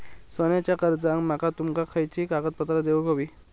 सोन्याच्या कर्जाक माका तुमका खयली कागदपत्रा देऊक व्हयी?